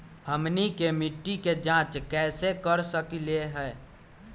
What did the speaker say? हमनी के मिट्टी के जाँच कैसे कर सकीले है?